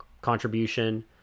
contribution